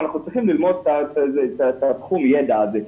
אנחנו צריכים ללמוד את תחום הידע הזה.